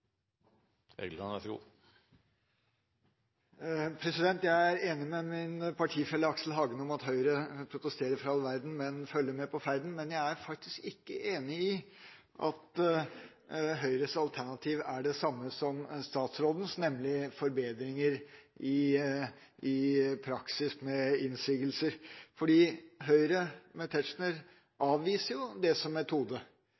at Høyre protesterer for all verden, men følger med på ferden. Men jeg er faktisk ikke enig i at Høyres alternativ er det samme som statsrådens, nemlig forbedringer i praksis med innsigelser. For Høyre, med Tetzschner,